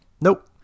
nope